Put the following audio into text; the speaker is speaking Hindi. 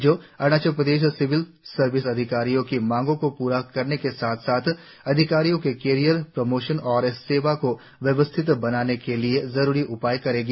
जो अरुणाचल प्रदेश सिविल सर्विस अधिकारियों की मांगों को पूरा करने के साथ साथ अधिकारियों के कैरियर प्रमोशन और सेवा को व्यवस्थित बनाने के लिए जरिरी उपाय करेगी